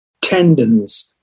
tendons